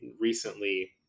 recently